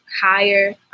higher